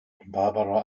barbara